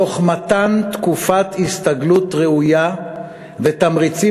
תוך מתן תקופת הסתגלות ראויה ותמריצים